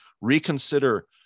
reconsider